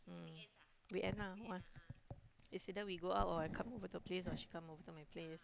mm weekend ah one it's either we go out or I come over to her place or she come over to my place